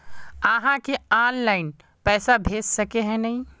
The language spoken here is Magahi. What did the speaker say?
आहाँ के ऑनलाइन पैसा भेज सके है नय?